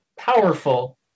Powerful